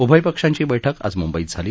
उभय पक्षांची बर्क्रि आज मुंबईत झाली